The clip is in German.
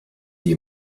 sie